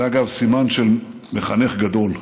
זה, אגב, סימן של מחנך גדול.